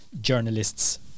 journalists